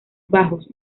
bajos